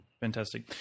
Fantastic